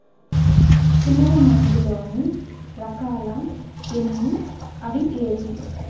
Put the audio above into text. పులుగు మందు లోని రకాల ఎన్ని అవి ఏవి?